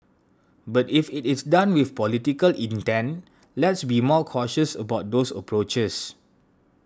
but if it is done with political intent let's be more cautious about those approaches